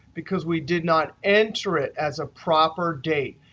because we did not enter it as a proper date.